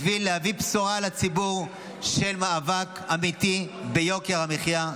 בשביל להביא לציבור בשורה של מאבק אמיתי ביוקר המחיה.